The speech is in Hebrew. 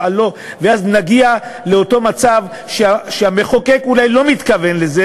ואז נגיע לאותו מצב שהמחוקק אולי לא מתכוון לו,